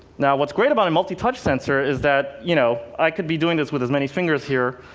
now what's great about a multi-touch sensor is that, you know, i could be doing this with as many fingers here,